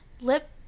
lip